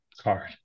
card